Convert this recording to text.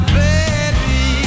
baby